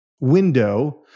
window